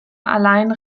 allein